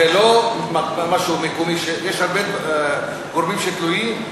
זה לא משהו מקומי, יש הרבה גורמים שתלויים.